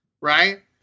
right